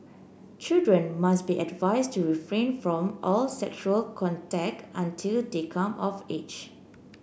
children must be advised to refrain from all sexual contact until they come of age